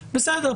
בסדר.